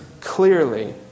clearly